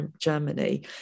Germany